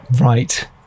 right